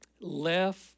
Left